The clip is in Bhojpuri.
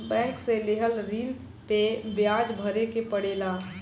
बैंक से लेहल ऋण पे बियाज भरे के पड़ेला